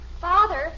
Father